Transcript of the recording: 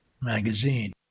Magazine